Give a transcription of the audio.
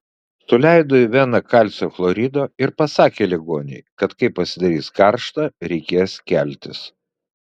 suleido į veną kalcio chlorido ir pasakė ligonei kad kai pasidarys karšta reikės keltis